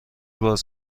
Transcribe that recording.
باز